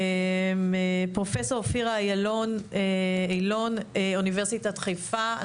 פרופסור אופירה אילון, אוניברסיטת חיפה.